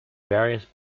various